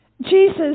Jesus